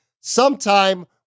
sometime